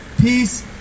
peace